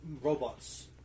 robots